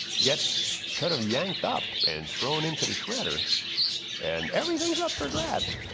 gets kind of yanked up and thrown into the shredder and everything's up for grabs.